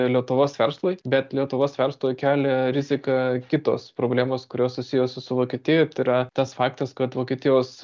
lietuvos verslui bet lietuvos verslui kelia riziką kitos problemos kurios susijusios su vokietija tai yra tas faktas kad vokietijos